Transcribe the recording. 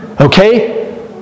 Okay